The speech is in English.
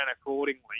accordingly